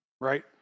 Right